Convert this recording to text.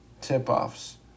tip-offs